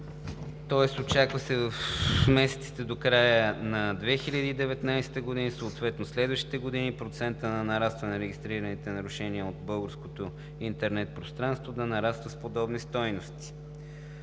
тоест очаква се в месеците до края на 2019 г. и съответно следващите години процентът на нарастване на регистрираните нарушения в и от българското интернет пространство също да нараства с такива стойности.